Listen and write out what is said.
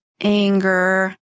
anger